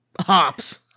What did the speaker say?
hops